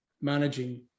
managing